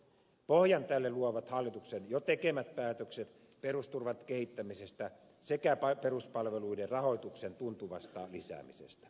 pohjan tälle luovat hallituksen jo tekemät päätökset perusturvan kehittämisestä sekä peruspalveluiden rahoituksen tuntuvasta lisäämisestä